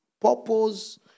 purpose